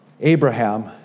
Abraham